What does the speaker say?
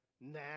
now